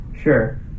Sure